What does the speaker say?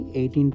18